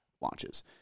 launches